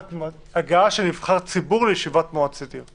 הגעה של נבחר ציבור לישיבת מועצת עיר.